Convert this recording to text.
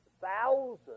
thousands